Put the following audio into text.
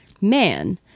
man